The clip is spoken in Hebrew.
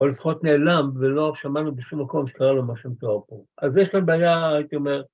‫או לפחות נעלם ולא שמענו ‫בשום מקום שקרה לו משהו.... ‫אז יש לנו בעיה, הייתי אומר...